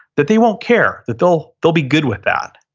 that they won't care, that they'll they'll be good with that.